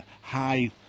high